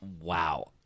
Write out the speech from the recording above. wow